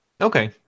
Okay